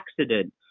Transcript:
accident